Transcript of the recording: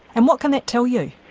and what can that tell you?